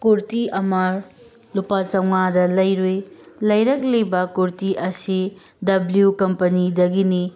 ꯀꯨꯔꯇꯤ ꯑꯃ ꯂꯨꯄꯥ ꯆꯥꯝꯃꯉꯥꯗ ꯂꯩꯔꯨꯏ ꯂꯩꯔꯛꯂꯤꯕ ꯀꯨꯔꯇꯤ ꯑꯁꯤ ꯗꯕ꯭ꯂꯌꯨ ꯀꯝꯄꯅꯤꯗꯒꯤꯅꯤ